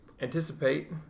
anticipate